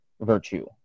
virtue